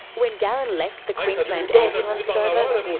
when darren left the queensland ambulance service,